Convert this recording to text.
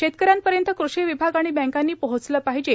शेतक यांपर्यंत कृषी विभाग आणि बॅंकांनी पोहचले पाहिजे